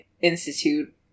institute